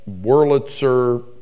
Wurlitzer